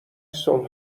صلح